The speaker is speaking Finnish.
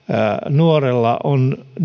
nuorella on